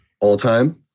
All-time